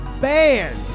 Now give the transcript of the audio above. Band